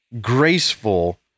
graceful